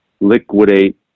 liquidate